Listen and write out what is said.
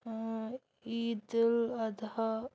Eid al-Adha